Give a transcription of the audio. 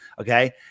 Okay